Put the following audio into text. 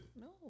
No